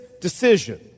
decision